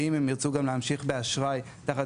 ואם הן ירצו גם להמשיך באשראי תחת